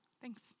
Thanks